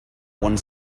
one